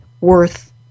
worth